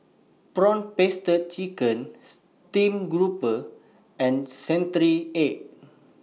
Prawn Paste Chicken Steamed Grouper and Century Egg